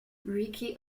ricky